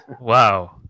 Wow